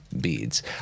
beads